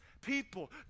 people